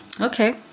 okay